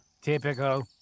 Typical